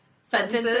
sentences